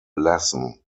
lassen